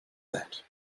that